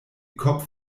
kopf